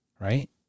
right